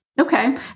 Okay